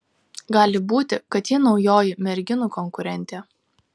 gali būti kad ji naujoji merginų konkurentė